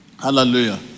hallelujah